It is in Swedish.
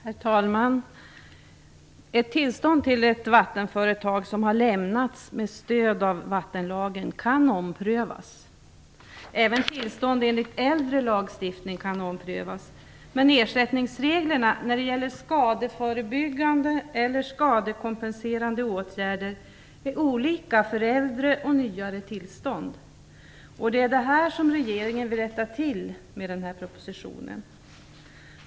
Herr talman! Ett tillstånd till ett vattenföretag som har lämnats med stöd av vattenlagen kan omprövas. Även tillstånd enligt äldre lagstiftning kan omprövas, men ersättningsreglerna när det gäller skadeförebyggande eller skadekompenserande åtgärder är olika för äldre och nyare tillstånd. Det är detta som regeringen vill rätta till med den här propositionen.